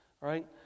right